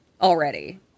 already